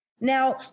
Now